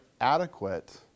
adequate